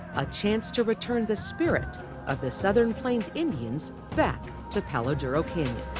a chance to return the spirit of the southern plains indians back to palo duro canyon.